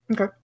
Okay